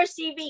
CV